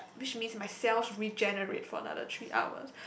which mean myself regenerate for another three hours